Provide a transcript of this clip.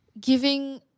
giving